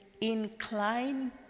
incline